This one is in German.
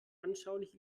anschaulich